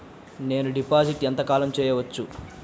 నేను డిపాజిట్ ఎంత కాలం చెయ్యవచ్చు?